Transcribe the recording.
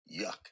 yuck